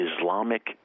Islamic